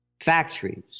factories